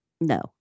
No